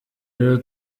rero